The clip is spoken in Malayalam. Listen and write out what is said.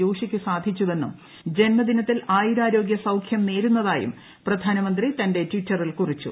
ജോഷിക്ക് സാധിച്ചുവെന്നും ജന്മദിനത്തിൽ ആയുരാരോഗൃ സൌഖ്യം നേരുന്നതായും പ്രധാനമന്ത്രി തന്റെ ടിറ്ററിൽ കുറിച്ചു